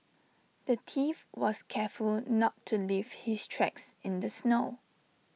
the thief was careful not to leave his tracks in the snow